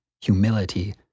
humility